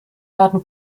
werden